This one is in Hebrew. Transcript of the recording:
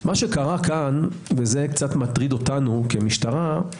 מה שקרה כאן וזה קצת מטריד אותנו כמשטרה,